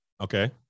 okay